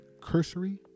cursory